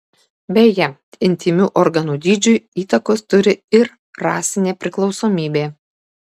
beje intymių organų dydžiui įtakos turi ir rasinė priklausomybė